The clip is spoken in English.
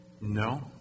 No